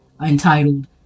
entitled